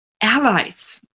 Allies